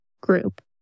group